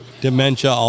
Dementia